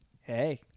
hey